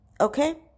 okay